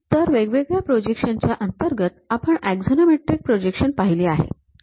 तर वेगवेगळ्या प्रोजेक्शन च्या अंतर्गत आपण अक्झॉनॉमेट्रीक प्रोजेक्शन पहिले आहे